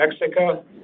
Mexico